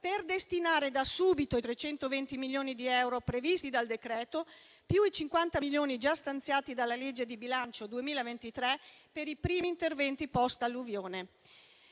per destinare da subito i 320 milioni di euro previsti, più i 50 milioni già stanziati dalla legge di bilancio 2023, per i primi interventi post-alluvione.